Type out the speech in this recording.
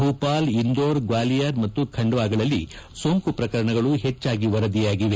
ಭೋಪಾಲ್ ಇಂದೋರ್ ಗ್ವಾಲಿಯರ್ ಮತ್ತು ಖಂಡ್ವಾಗಳಲ್ಲಿ ಸೋಂಕು ಪ್ರಕರಣಗಳು ಹೆಜ್ಜಾಗಿ ವರದಿಯಾಗಿವೆ